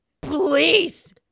please